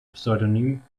pseudonym